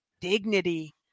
dignity